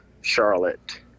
Charlotte